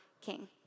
king